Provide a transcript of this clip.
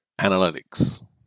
analytics